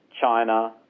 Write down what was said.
China